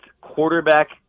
quarterback